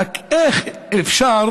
איך אפשר